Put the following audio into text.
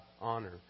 honor